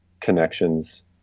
connections